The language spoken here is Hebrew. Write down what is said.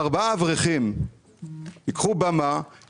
ארבעה אברכים ייקחו במה,